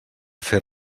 fer